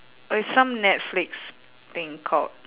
it's some netflix thing called